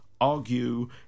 argue